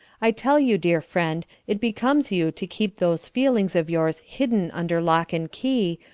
i tell you, dear friend, it becomes you to keep those feelings of yours hidden under lock and key,